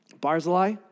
Barzillai